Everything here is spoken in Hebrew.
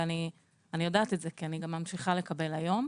ואני יודעת את זה כי אני גם ממשיכה לקבל היום,